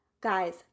Guys